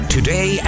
Today